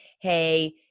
Hey